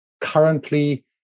currently